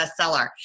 bestseller